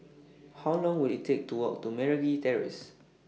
How Long Will IT Take to Walk to Meragi Terrace